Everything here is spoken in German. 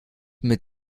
mit